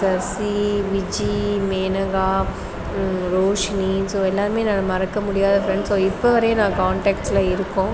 Sasi Viji Menaka Roshini so எல்லாருமே நான் மறக்க முடியாத ஃப்ரெண்ட்ஸ் ஸோ இப்போவரையும் நான் காண்டாக்ட்ஸில் இருக்கோம்